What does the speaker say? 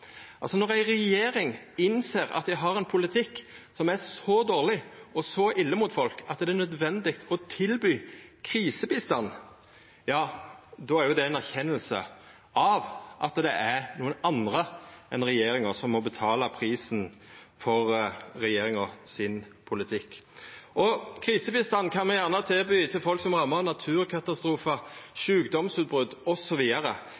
Når ei regjering innser at dei har ein politikk som er så dårleg og så ille mot folk at det er nødvendig å tilby krisebistand, då er det ei erkjenning av at det er andre enn regjeringa som må betala prisen for politikken til regjeringa. Krisebistand kan me gjerne tilby til folk som er ramma av naturkatastrofar,